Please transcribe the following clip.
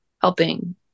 helping